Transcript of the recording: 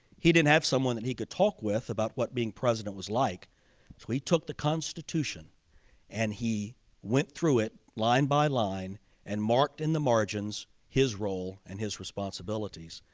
he didn't have someone that he could talk with about what being president was like, so he took the constitution and he went through it line by line and marked in the margins his role and his responsibilities.